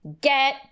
Get